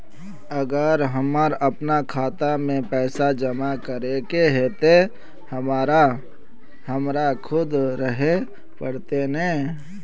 अगर हमर अपना खाता में पैसा जमा करे के है ते हमरा खुद रहे पड़ते ने?